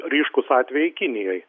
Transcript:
ryškūs atvejai kinijoj